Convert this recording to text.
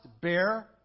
bear